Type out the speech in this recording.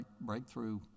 breakthrough